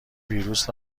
ویروس